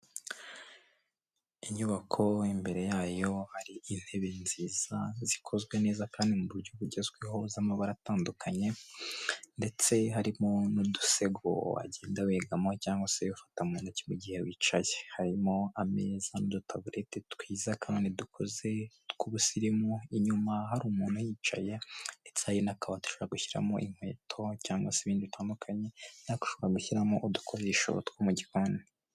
Inyubako imbere yayo hari intebe nziza, zikozwe neza kandi mu buryo bugezweho z'amabara atandukanye, ndetse harimo n'udusego wagenda wegamaho cyangwa se ufata mu ntoki mu gihe wicaye. Harimo ameza n'udutaburete twiza kandi dukoze tw'ubusirimu, inyuma hari umuntu uhicaye, ndetse hari n'akabati ushobora gushyiramo inkweto cyangwa se ibindi bitandukanye, Nk'aka ushobora gushyiramo udukoresho two mu gikoni.